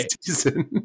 season